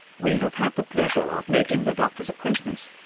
we have had the pleasure of making the doctor's acquaintance,